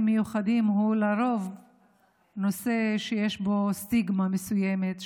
מיוחדים הוא לרוב נושא שיש בו סטיגמה מסוימת,